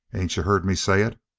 ain't you heard me say it?